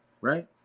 Right